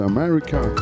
America